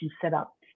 setup